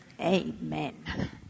Amen